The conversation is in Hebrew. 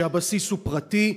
שהבסיס הוא פרטי,